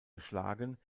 geschlagen